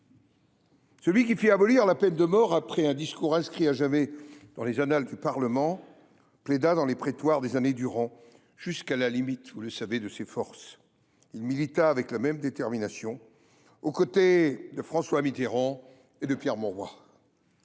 Celui qui fit abolir la peine de mort, après un discours inscrit à jamais dans les annales du Parlement, plaida dans les prétoires, des années durant, jusqu’à la limite – vous le savez – de ses forces. Il milita avec la même détermination aux côtés de François Mitterrand et de Pierre Mauroy.